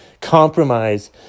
compromise